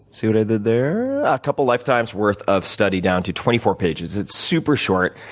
see what i did there, a couple of lifetime's worth of study down to twenty four pages. it's super short.